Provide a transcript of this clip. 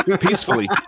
peacefully